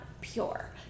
pure